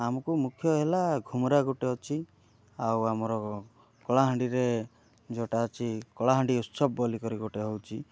ଆମକୁ ମୁଖ୍ୟ ହେଲା ଘୁମରା ଗୋଟେ ଅଛି ଆଉ ଆମର କଳାହାଣ୍ଡିରେ ଯେଉଁଟା ଅଛି କଳାହାଣ୍ଡି ଉତ୍ସବ ବୋଲି କରି ଗୋଟେ ହେଉଛି